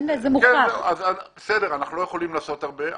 אנחנו לא יכולים לעשות הרבה.